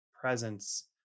presence